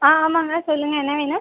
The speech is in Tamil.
ஆ ஆமாங்க சொல்லுங்கள் என்ன வேணும்